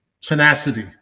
tenacity